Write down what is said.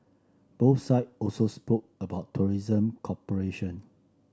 both side also spoke about tourism cooperation